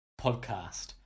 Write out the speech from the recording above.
podcast